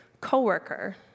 co-worker